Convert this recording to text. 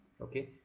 okay